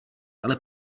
ale